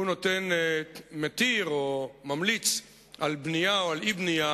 הוא מתיר או ממליץ על בנייה או על אי-בנייה